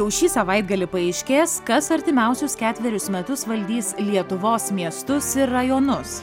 jau šį savaitgalį paaiškės kas artimiausius ketverius metus valdys lietuvos miestus ir rajonus